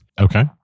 Okay